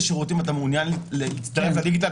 שירותים אתה מעוניין להצטרף לדיגיטל.